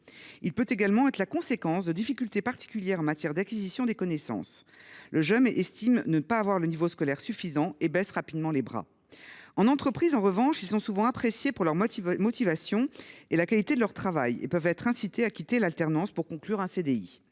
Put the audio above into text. Il peut également être la conséquence de difficultés particulières en matière d’acquisition des connaissances : le jeune estime ne pas avoir le niveau scolaire suffisant et baisse rapidement les bras. En entreprise, en revanche, ces jeunes sont souvent appréciés pour leur motivation et la qualité de leur travail et peuvent être incités à quitter l’alternance pour conclure un CDI.